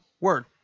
Word